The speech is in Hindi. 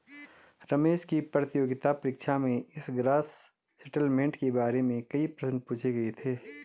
रमेश की प्रतियोगिता परीक्षा में इस ग्रॉस सेटलमेंट के बारे में कई प्रश्न पूछे गए थे